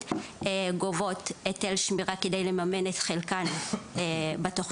גובות היטל שמירה כדי לממן את חלקן בתוכנית.